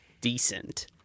decent